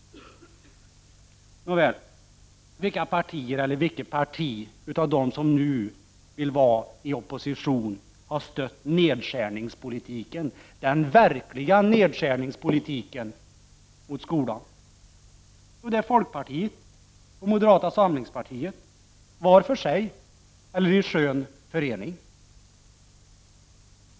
Nåväl, vilka partier eller vilket parti av dem som nu vill vara i opposition har stött nedskärningspolitiken, den verkliga nedskärningspolitiken, mot skolan? Jo, det är folkpartiet och moderata samlingspartiet, var för sig eller i skön förening.